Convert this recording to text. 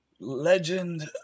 Legend